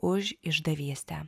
už išdavystę